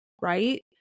right